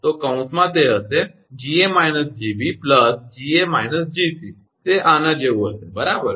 તો કૌંસમાં તે હશે 𝐺𝑎 − 𝐺𝑏 𝐺𝑎 − 𝐺𝑐 તે આના જેવું હશે બરાબર